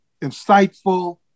insightful